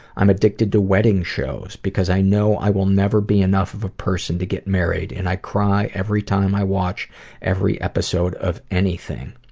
i'm addicted to wedding shows because i know i will never be enough of a person to get married and i cry every time i watch every episode of anything.